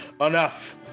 enough